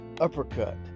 uppercut